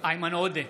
איימן עודה,